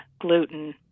gluten